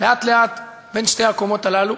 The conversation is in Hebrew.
לאט-לאט בין שתי הקומות הללו.